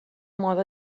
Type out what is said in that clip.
moda